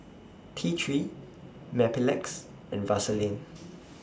T three Mepilex and Vaselin